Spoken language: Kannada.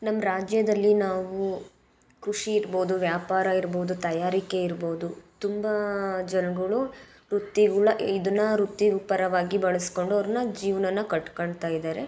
ನಮ್ಮ ರಾಜ್ಯದಲ್ಲಿ ನಾವು ಕೃಷಿ ಇರ್ಬೋದು ವ್ಯಾಪಾರ ಇರ್ಬೋದು ತಯಾರಿಕೆ ಇರ್ಬೋದು ತುಂಬ ಜನಗಳು ವೃತ್ತಿಗಳ ಇದನ್ನು ವೃತ್ತಿ ಪರವಾಗಿ ಬಳಸಿಕೊಂಡು ಅವ್ರನ್ನ ಜೀವನಾನ ಕಟ್ಕೊಳ್ತಾ ಇದ್ದಾರೆ